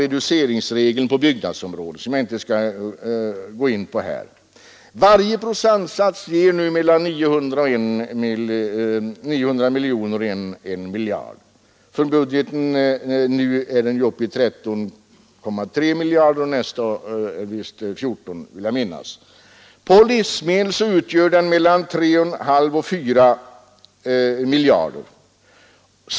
reduceringsregeln på byggnadsområdet, som jag inte här skall gå in på. Varje procent ger mellan 900 miljoner och 1 miljard. I nuvarande budget ger mervärdeskatten 13,3 miljarder och i nästkommande budget beräknas den ge 14 miljarder, vill jag minnas. På livsmedel utgör mervärdeskatten 4 miljarder.